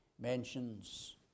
mentions